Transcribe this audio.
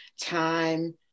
time